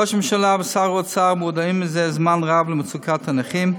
ראש הממשלה ושר האוצר מודעים זה זמן רב למצוקת הנכים.